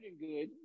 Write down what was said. good